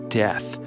death